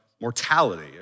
mortality